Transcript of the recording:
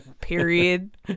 Period